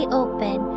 open